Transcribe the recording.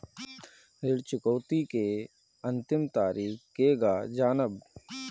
ऋण चुकौती के अंतिम तारीख केगा जानब?